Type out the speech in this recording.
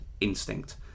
instinct